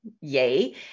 Yay